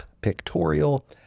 pictorial